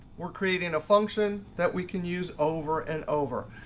we're creating a function that we can use over and over.